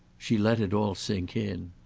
she let it all sink in.